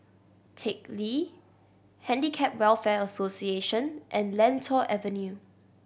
Teck Lee Handicap Welfare Association and Lentor Avenue